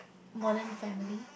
modern family